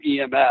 EMS